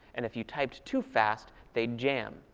and if you typed too fast, they'd jam.